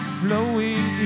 flowing